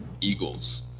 eagles